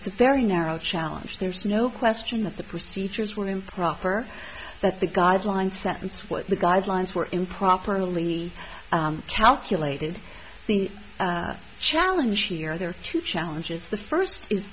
it's a very narrow challenge there's no question that the procedures were improper that the guideline sentence what the guidelines were improperly calculated the challenge here there are two challenges the first is